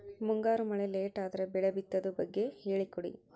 ಮುಂಗಾರು ಮಳೆ ಲೇಟ್ ಅದರ ಬೆಳೆ ಬಿತದು ಬಗ್ಗೆ ಹೇಳಿ ಕೊಡಿ?